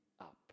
up